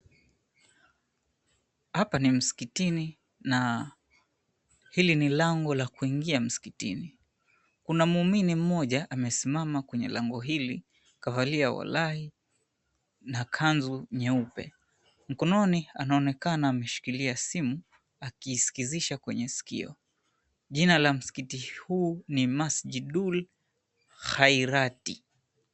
Hapa ni msikitini na hili ni lango la kuingia msikitini. Kuna muumini mmoja amesimama kwenye lango hili na walai na kanzu nyeupe. Mkononi anaonekana ameshikilia simu, akiiskizisha kwenye sikio. Jina la msikiti huu ni Masjidul Khairati.